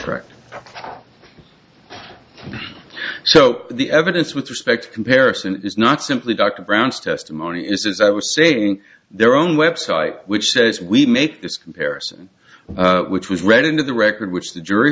incorrect so the evidence with respect comparison is not simply dr brown's testimony is as i was stating their own website which says we make this comparison which was read into the record which the jury